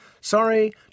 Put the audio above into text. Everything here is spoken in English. Sorry